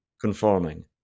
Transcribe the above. conforming